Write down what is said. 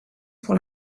pour